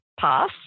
pass